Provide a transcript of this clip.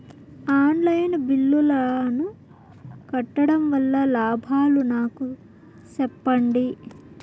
On line బిల్లుల ను కట్టడం వల్ల లాభాలు నాకు సెప్పండి?